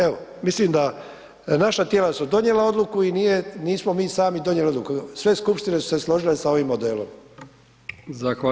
Evo, mislim da naša tijela su donijela odluku i nije, nismo mi sami donijeli odluku, sve skupštine su se složile sa ovim modelom.